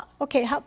Okay